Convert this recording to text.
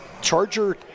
Charger